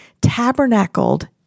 tabernacled